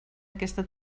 aquesta